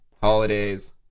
Holidays